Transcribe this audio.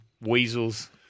weasels